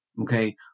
okay